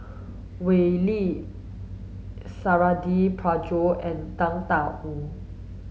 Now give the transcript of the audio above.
Wee Lin Suradi Parjo and Tang Da Wu